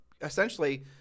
essentially